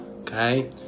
Okay